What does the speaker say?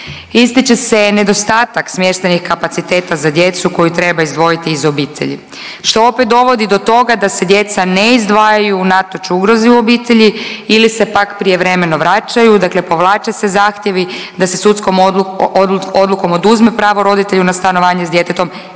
Ističe se i nedostatak smještajnih kapaciteta za djecu koju treba izdvojiti iz obitelji što opet dovodi do toga da se djeca ne izdvajaju unatoč ugrozi u obitelji ili se pak prijevremeno vraćaju. Dakle, povlače se zahtjevi da se sudskom odlukom oduzme pravo roditelju na stanovanje sa djetetom